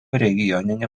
regioninį